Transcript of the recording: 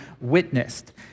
witnessed